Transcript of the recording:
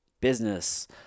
business